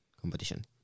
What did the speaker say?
competition